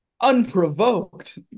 Unprovoked